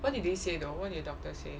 what did they say though what did the doctor say